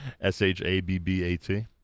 S-H-A-B-B-A-T